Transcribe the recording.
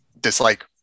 dislike